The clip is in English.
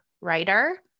writer